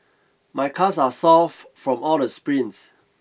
my calves are soft from all the sprints